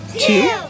two